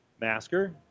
Masker